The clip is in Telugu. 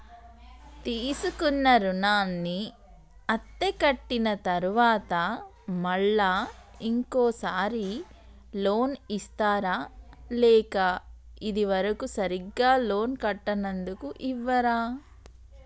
తీసుకున్న రుణాన్ని అత్తే కట్టిన తరువాత మళ్ళా ఇంకో సారి లోన్ ఇస్తారా లేక ఇది వరకు సరిగ్గా లోన్ కట్టనందుకు ఇవ్వరా?